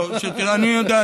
אני יודע.